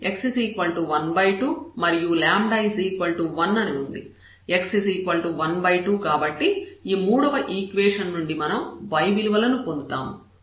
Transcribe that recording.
x 12 కాబట్టి ఈ మూడవ ఈక్వేషన్ నుండి మనం y విలువను పొందుతాము